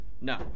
No